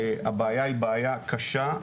הבעיה היא בעיה קשה,